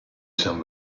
san